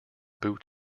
boot